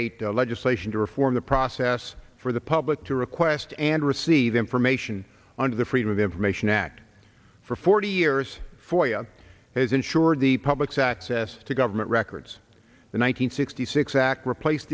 eight legislation to reform the process for the public to request and receive information under the freedom of information act for forty years for you and has ensured the public's access to government records the one hundred sixty six act replace